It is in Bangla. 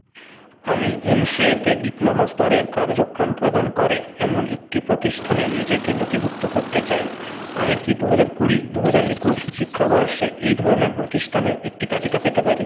আমি এম সি এ তে ডিপ্লোমা স্তরের কার্যক্রম প্রদান করে এমন একটি প্রতিষ্ঠানে নিজেকে নথিভুক্ত করতে চাই আমি কি দু হাজার কুড়ি দু হাজার একুশ শিক্ষাবর্ষে এই ধরনের প্রতিষ্ঠানের একটি তালিকা পেতে পারি